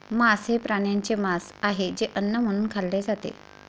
मांस हे प्राण्यांचे मांस आहे जे अन्न म्हणून खाल्ले जाते